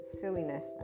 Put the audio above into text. silliness